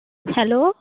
hello